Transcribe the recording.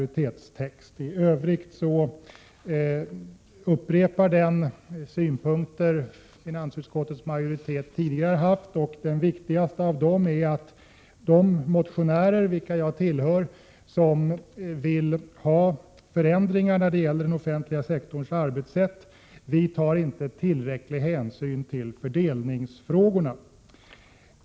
Finansutskottets majoritet upprepar de synpunkter den tidigare haft. Den viktigaste av dessa är att de motionärer — vilka jag tillhör — som vill ha förändringar i den offentliga sektorns arbetssätt inte tar tillräcklig hänsyn till fördelningsfrågorna.